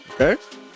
okay